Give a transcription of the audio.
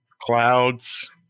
Clouds